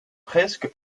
presque